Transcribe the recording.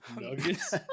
nuggets